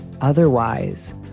Otherwise